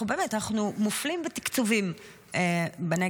אנחנו באמת מופלים בתקצוב לנגב.